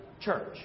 church